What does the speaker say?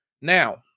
now